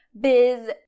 biz